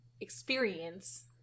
experience